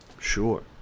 Sure